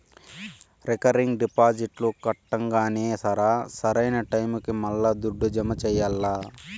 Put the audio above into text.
recurring డిపాజిట్లు కట్టంగానే సరా, సరైన టైముకి మల్లా దుడ్డు జమ చెయ్యాల్ల